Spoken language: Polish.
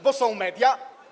Bo są media?